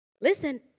Listen